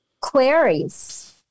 queries